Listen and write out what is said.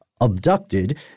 abducted